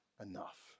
enough